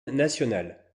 nationale